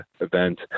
event